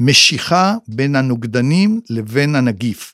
‫משיכה בין הנוגדנים לבין הנגיף.